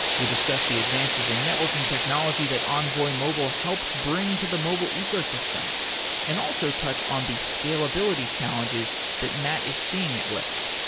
we discussed in advances in networking technology that envoy mobile helps bring to the mobile ecosystem and also touch on the scalability challenges that matt is seeing at lyft.